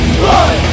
blood